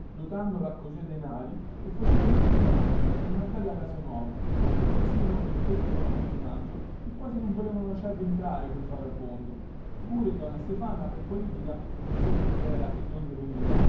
dotandola coi suoi denari e facevano tutti una famiglia in una bella casa nuova col terrazzino e il letto col cortinaggio che quasi non volevano lasciarvi entrare quel vagabondo pure donna stefana per politica come seppe chi era e donde veniva